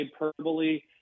hyperbole